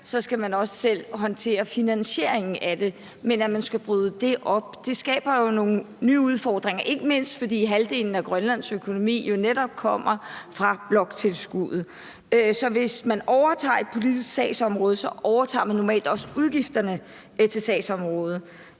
skal man også selv håndtere finansieringen af det. At man skulle bryde det op, skaber jo nogle nye udfordringer, ikke mindst fordi halvdelen af Grønlands økonomi netop kommer fra bloktilskuddet. Hvis man overtager et politisk sagsområde, overtager man normalt også udgifterne til sagsområdet.